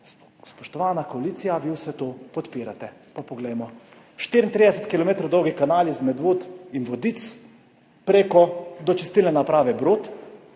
Spoštovana koalicija, vi vse to podpirate. Pa poglejmo. 34 kilometrov dolgi kanali iz Medvod in Vodic do čistilne naprave Brod